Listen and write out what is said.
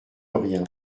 rien